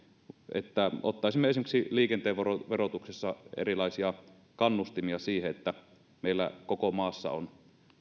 että ottaisimme esimerkiksi liikenteen verotuksessa erilaisia kannustimia siihen että meillä koko maassa on